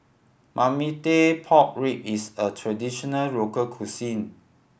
marmite pork rib is a traditional local cuisine